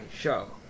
show